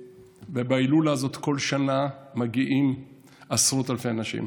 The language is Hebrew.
להילולה הזאת בכל שנה מגיעים עשרות אלפי אנשים.